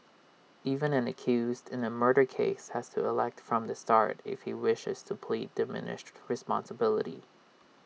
even an accused in A murder case has to elect from the start if you wishes to plead diminished responsibility